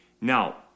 Now